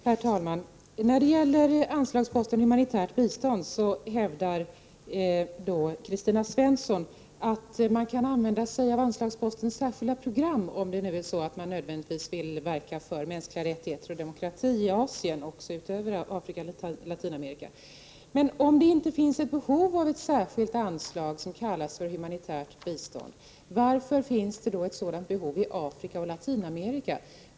Herr talman! När det gäller anslagsposten Humanitärt bistånd hävdar Kristina Svensson att man kan använda sig av anslagsposten Särskilda program om man nödvändigtvis vill verka för mänskliga rättigheter och demokrati i Asien, vid sidan av Afrika och Latinamerika. Om det inte finns ett behov i Asien av ett särskilt anslag som kallas Humanitärt bistånd, varför finns det då ett sådant behov i Afrika och Latinamerika?